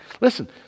listen